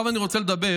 עכשיו אני רוצה לדבר